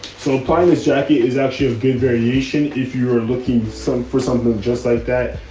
so applying this jacket is actually a good variation if you are looking so for something just like that.